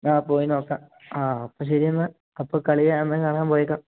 ആ പോയി നോക്കാം ആ അപ്പം ശരി എന്നാൽ അപ്പം കളി ആദ്യം കാണാൻ പോയേക്കാം